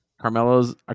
Carmelo's